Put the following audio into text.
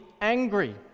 angry